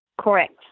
Correct